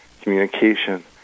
communication